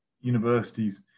universities